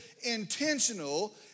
intentional